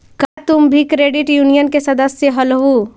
का तुम भी क्रेडिट यूनियन के सदस्य हलहुं?